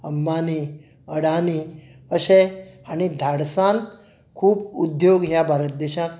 अंबानी अडानी अशे आनी धाडसान खूब उद्दोग ह्या भारत देशांत